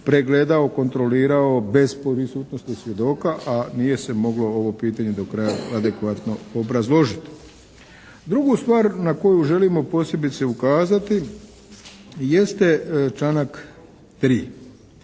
pregledao, kontrolirao bez prisutnosti svjedoka, a nije se moglo ovo pitanje do kraja adekvatno obrazložiti. Drugu stvar na koju želimo posebice ukazati jeste članak 3.